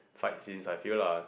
fight scenes I feel lah